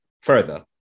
Further